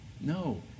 No